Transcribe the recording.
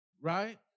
Right